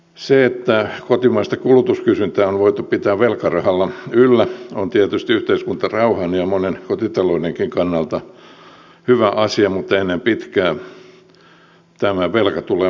se että kotimaista kulutuskysyntää on voitu pitää velkarahalla yllä on tietysti yhteiskuntarauhan ja monen kotitaloudenkin kannalta hyvä asia mutta ennen pitkää tämä velka tulee maksettavaksi